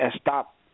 stop